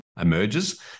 emerges